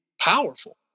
powerful